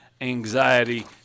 anxiety